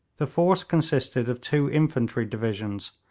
the force consisted of two infantry divisions,